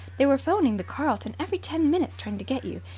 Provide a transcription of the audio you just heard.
they were phoning the carlton every ten minutes trying to get you.